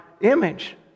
image